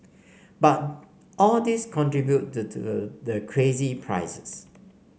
but all these contribute the crazy prices